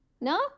No